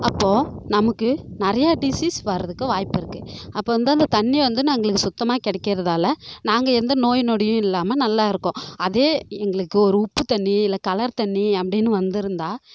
அப்போ நமக்கு நிறையா டிசீஸ் வர்றதுக்கு வாய்ப்பிருக்குது அப்போது வந்து அந்த தண்ணீர் வந்து நாங்களுக்கு சுத்தமாக கிடைக்கிறதால நாங்கள் எந்த நோய் நொடியும் இல்லாமல் நல்லா இருக்கோம் அதே எங்களுக்கு ஒரு உப்பு தண்ணீர் இல்லை கலர் தண்ணீர் அப்படின்னு வந்திருந்தா